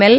L